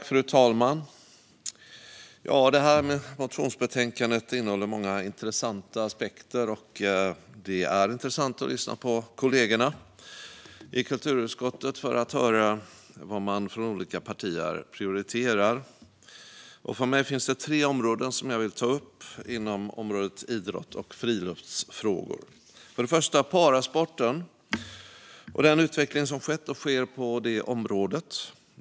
Fru talman! Detta motionsbetänkande innehåller många intressanta aspekter, och det är intressant att lyssna på kollegorna i kulturutskottet för att höra vad man från olika partier prioriterar. För mig finns det tre områden som jag vill ta upp inom området idrotts och friluftsfrågor. För det första gäller det parasporten och den utveckling som har skett och sker på området.